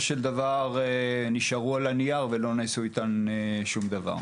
של דבר נשארו על הנייר ולא נעשה איתן שום דבר.